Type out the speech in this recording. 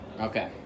okay